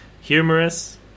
humorous